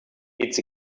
its